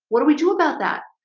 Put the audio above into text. what do we do about that?